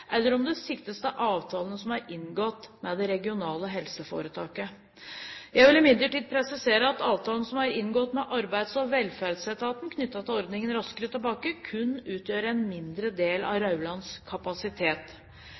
eller om det siktes til avtalene som er inngått med det regionale helseforetaket. Jeg vil imidlertid presisere at avtalen som er inngått med Arbeids- og velferdsetaten knyttet til ordningen Raskere tilbake, kun utgjør en mindre del av Raulands kapasitet.